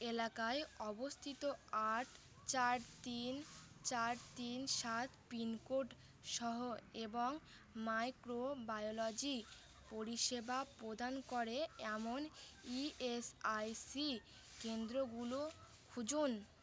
এলাকায় অবস্থিত আট চার তিন চার তিন সাত পিনকোড সহ এবং মাইক্রোবায়োলজি পরিষেবা প্রদান করে এমন ইএসআইসি কেন্দ্রগুলো খুঁজুন